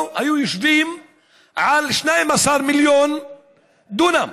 או ישבו על 12 מיליון דונם.